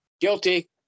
Guilty